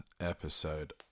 episode